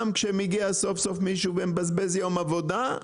גם כשמגיע סוף סוף מישהו ומבזבז יום עבודה,